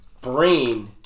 brain